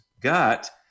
gut